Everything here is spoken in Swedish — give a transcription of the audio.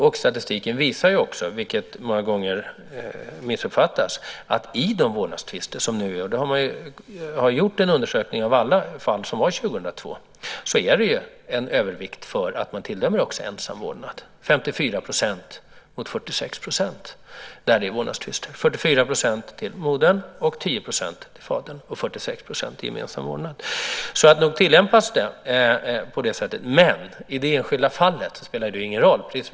Det visar också statistiken, vilket många gånger missuppfattas. Man har gjort en undersökning av alla fall som förekom år 2002. Där finns en övervikt för att man tilldömer ensam vårdnad, 54 % mot 46 %, där det är vårdnadstvister. Man har i 44 % av fallen dömt till ensam vårdnad för modern, i 10 % för fadern och i 46 % till gemensam vårdnad. Nog tillämpas lagen på det sättet. Men i det enskilda fallet spelar det ingen roll.